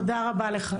תודה רבה לך.